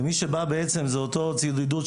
ומי שבא עם אותו ציוד עידוד,